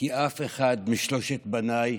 כי אף אחד משלושת בניי,